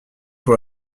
pour